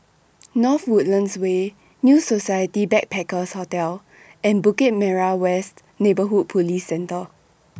North Woodlands Way New Society Backpackers' Hotel and Bukit Merah West Neighbourhood Police Centre